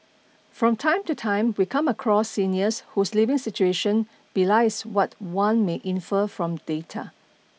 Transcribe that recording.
from time to time we come across seniors whose living situation belies what one may infer from data